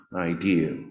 idea